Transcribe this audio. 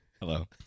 Hello